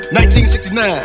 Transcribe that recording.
1969